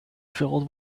filled